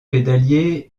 pédalier